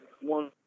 One